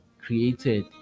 created